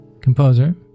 composer